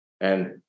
And-